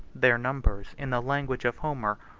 their numbers, in the language of homer,